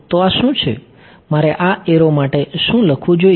તો આ શું છે મારે આ એરો માટે શું લખવું જોઈએ